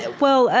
well,